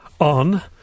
on